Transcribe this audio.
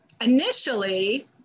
initially